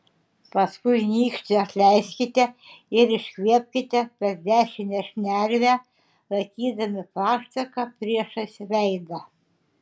paskui nykštį atleiskite ir iškvėpkite per dešinę šnervę laikydami plaštaką priešais veidą